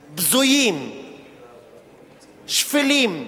בזויים, שפלים,